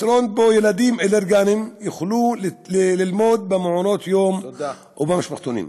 פתרון שבו ילדים אלרגיים יוכלו ללמוד במעונות יום ובמשפחתונים.